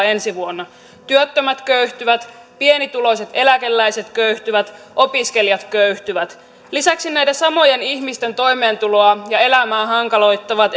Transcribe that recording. ensi vuonna työttömät köyhtyvät pienituloiset eläkeläiset köyhtyvät opiskelijat köyhtyvät lisäksi näiden samojen ihmisten toimeentuloa ja elämää hankaloittavat